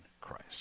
Christ